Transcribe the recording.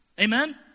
Amen